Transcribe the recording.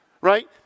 Right